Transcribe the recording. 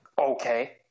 Okay